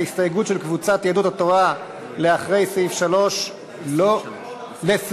ההסתייגות של קבוצת יהדות התורה לאחרי סעיף 3 לא התקבלה.